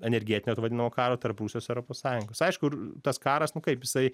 energetinio to vadinamo karo tarp rusijos ir europos sąjungos aišku ir tas karas nu kaip jisai